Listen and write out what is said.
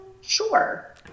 Sure